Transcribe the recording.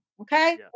okay